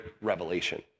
revelation